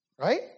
Right